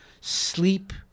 sleep